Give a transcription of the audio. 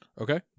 Okay